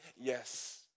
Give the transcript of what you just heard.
yes